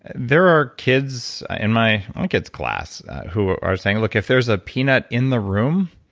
there are kids in my kid's class who are saying look, if there's a peanut in the room,